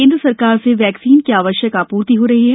केंद्र सरकार से वैक्सीन की आवश्यक आप्रर्ति हो रही है